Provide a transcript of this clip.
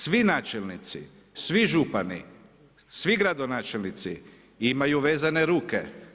Svi načelnici, svi župani, svi gradonačelnici imaju vezane ruke.